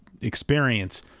experience